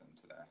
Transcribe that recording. today